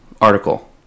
article